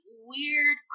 weird